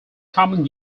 common